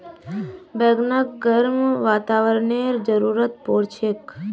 बैगनक गर्म वातावरनेर जरुरत पोर छेक